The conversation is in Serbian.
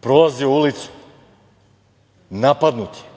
prolazio ulicom, napadnut je.